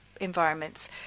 environments